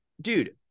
dude